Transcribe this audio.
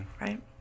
Right